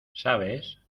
sabes